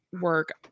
work